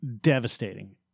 Devastating